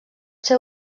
ser